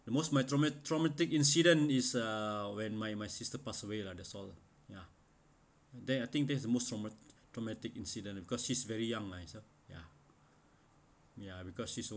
the most my traumat~ traumatic incident is uh when my my sister pass away lah that's all ya then I think that's the most traumat~ traumatic incident because she's very young lah herself ya ya because she's a